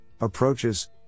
approaches